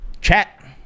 Chat